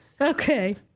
Okay